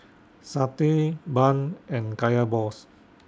Satay Bun and Kaya Balls